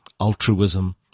Altruism